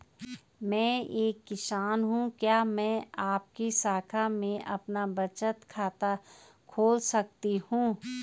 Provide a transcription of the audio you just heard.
मैं एक किसान हूँ क्या मैं आपकी शाखा में अपना बचत खाता खोल सकती हूँ?